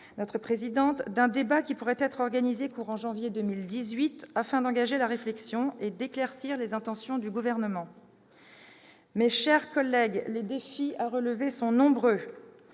Morin-Desailly, d'un débat qui pourrait être organisé courant janvier 2018 afin d'engager la réflexion et d'éclaircir les intentions du Gouvernement. Mes chers collègues, les défis à relever sont nombreux.